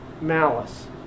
malice